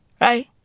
Right